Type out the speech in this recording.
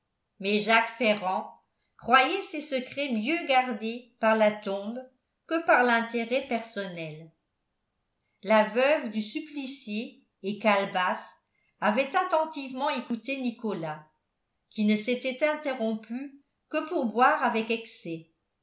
mais jacques ferrand croyait ses secrets mieux gardés par la tombe que par l'intérêt personnel la veuve du supplicié et calebasse avaient attentivement écouté nicolas qui ne s'était interrompu que pour boire avec excès